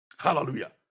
Hallelujah